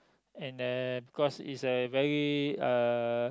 and uh because is a very uh